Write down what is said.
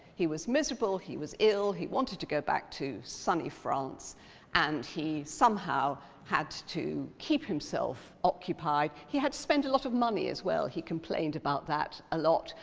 he was miserable, he was ill, he wanted to go back to sunny france and he somehow had to keep himself occupied. he had to spend a lot of money as well, he complained about that a lot.